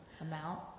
amount